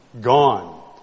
gone